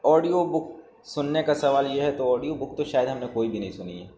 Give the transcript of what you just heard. audio book سننے کا سوال یہ ہے تو آڈیو بک تو شاید ہم نے کوئی بھی نہیں سنی ہے